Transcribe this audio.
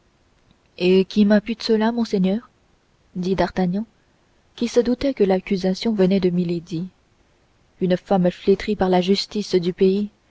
et qui m'impute cela monseigneur dit d'artagnan qui se doutait que l'accusation venait de milady une femme flétrie par la justice du pays